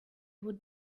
would